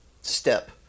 step